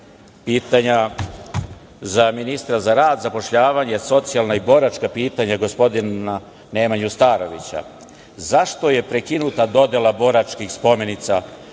Rusiji. Pitanja za ministra za rad, zapošljavanje, socijalna i boračka pitanja gospodina Nemanju Starovića – zašto je prekinuta dodela boračkih spomenica